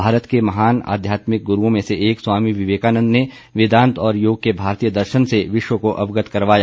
भारत के महान आध्यामिक गुरूओं में से एक स्वामी विवेकानंद ने वेदांत और योग के भारतीय दर्शन से विश्व को अवगत करवाया